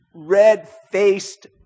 red-faced